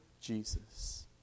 Jesus